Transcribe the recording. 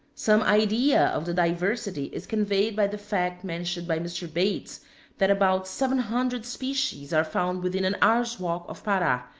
some idea of the diversity is conveyed by the fact mentioned by mr. bates that about seven hundred species are found within an hour's walk of para,